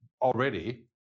already